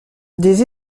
des